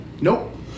Nope